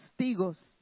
testigos